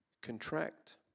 contract